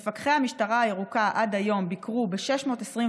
מפקחי המשטרה הירוקה עד היום ביקרו ב-624